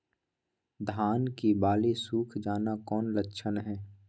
धान की बाली सुख जाना कौन लक्षण हैं?